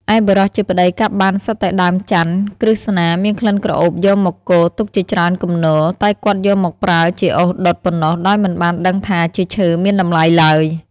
ឯបុរសជាប្តីកាប់បានសុទ្ធតែដើមចន្ទន៍ក្រស្នាមានក្លិនក្រអូបយកមកគរទុកជាច្រើនគំនរ តែគាត់យកមកប្រើជាអុសដុតប៉ុណ្ណោះដោយមិនបានដឹងថាជាឈើមានតម្លៃឡើយ។